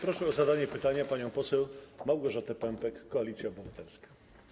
Proszę o zadanie pytania panią poseł Małgorzatę Pępek, Koalicja Obywatelska.